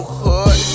hood